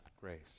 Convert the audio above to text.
grace